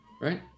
Right